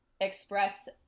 express